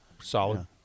solid